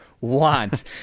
want